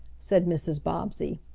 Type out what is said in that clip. said mrs. bobbsey.